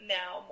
now